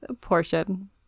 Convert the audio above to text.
portion